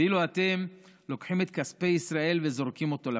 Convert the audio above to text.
ואילו אתם לוקחים את כספי ישראל וזורקים אותם לפח.